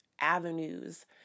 avenues